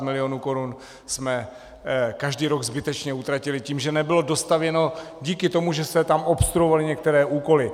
650 milionů korun jsme každý rok zbytečně utratili tím, že nebylo dostavěno díky tomu, že se tam obstruovaly některé úkoly.